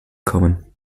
kommen